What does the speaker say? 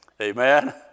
Amen